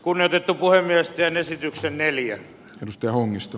unohdettu puhemiesten esityksen neljä nosto onnistu